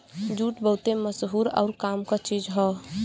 jute बहुते मसहूर आउर काम क चीज हौ